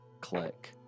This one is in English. Click